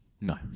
No